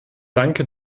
danke